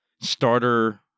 starter